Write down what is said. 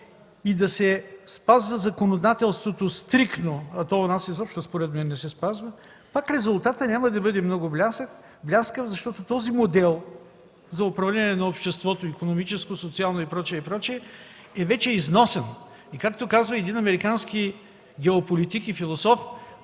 и да се спазва законодателството стриктно, а то у нас, според мен, изобщо не се спазва, пак резултата няма да бъде много бляскав, защото този модел за управление на обществото – икономически, социален и прочие, и прочие е вече износен. Както казва един американски геополитик и философ: